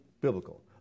biblical